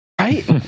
Right